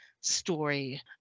story